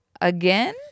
again